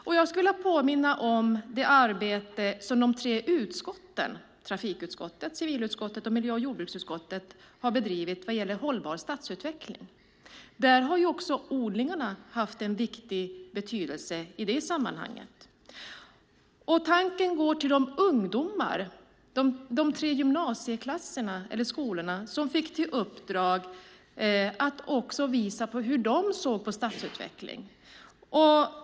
Och jag skulle vilja påminna om det arbete som de tre utskotten - trafikutskottet, civilutskottet och miljö och jordbruksutskottet - har bedrivit vad gäller hållbar stadsutveckling. I det sammanhanget har också odlingarna haft en viktig betydelse. Tanken går till ungdomarna på de tre gymnasieskolorna som fick i uppdrag att visa på hur de såg på stadsutveckling.